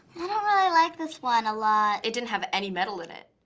i don't really like this one a lot. it didn't have any metal in it.